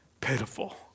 pitiful